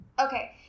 Okay